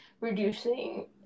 reducing